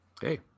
Hey